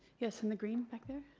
yes, in the green back there?